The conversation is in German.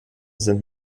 sind